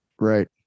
Right